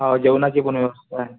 हो जेवणाची पण व्यवस्था आहे